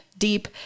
Deep